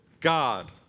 God